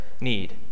need